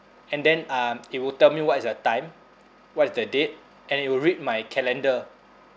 and then um it will tell me what is the time what is the date and it will read my calendar